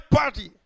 party